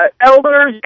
elders